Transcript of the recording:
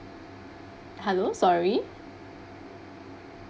hello sorry